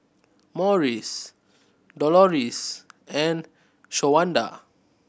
Morris Doloris and Shawanda